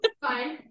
fine